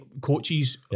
coaches